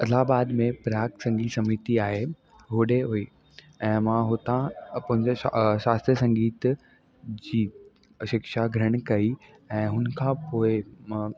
इलाहाबाद में प्रयाग संगीत समिति आहे होॾे हुई ऐं मां हुतां अपन शास्त्रीअ संगीत जी शिक्षा ग्रहण कई ऐं हुनखां पोइ मां